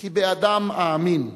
כי באדם אאמין,